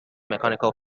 mechanical